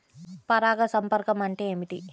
పరాగ సంపర్కం అంటే ఏమిటి?